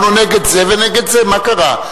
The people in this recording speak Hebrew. אנחנו נגד זה ונגד זה, מה קרה?